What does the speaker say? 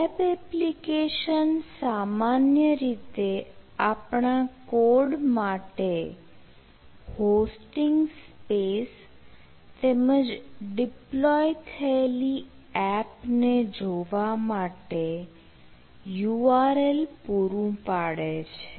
web application સામાન્ય રીતે આપણા કોડ માટે હોસ્ટિંગ સ્પેસ તેમજ ડિપ્લોય થયેલી એપને જોવા માટે URL પૂરું પાડે છે